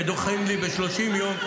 כשדוחים לי ב-30 יום,